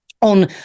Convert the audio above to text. on